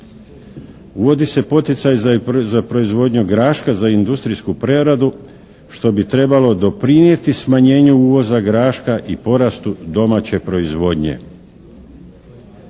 Uvodi se poticaj za proizvodnju graška za industrijsku preradu što bi trebalo doprinijeti smanjenju uvoza graška i porastu domaće proizvodnje.